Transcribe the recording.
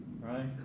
right